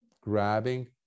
grabbing